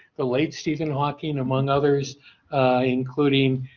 the late stephen hawking among others including